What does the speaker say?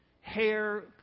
hair